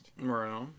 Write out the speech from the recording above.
Right